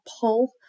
pull